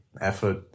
effort